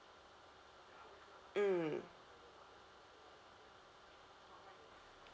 mm